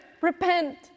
Repent